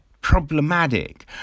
Problematic